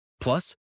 Plus